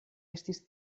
estis